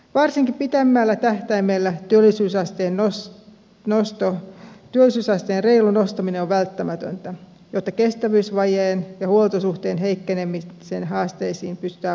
varsinkin pitemmällä tähtäimellä työllisyysasteen reilu nostaminen on välttämätöntä jotta kestävyysvajeen ja huoltosuhteen heikkenemisen haasteisiin pystytään vastaamaan